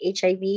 hiv